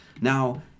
Now